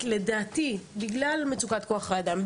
בגלל מצוקת כוח האדם,